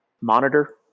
monitor